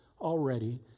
already